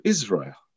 Israel